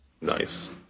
Nice